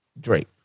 Drake